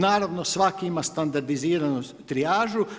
Naravno svaki ima standardiziranu trijažu.